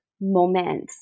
moment